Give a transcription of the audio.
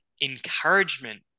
encouragement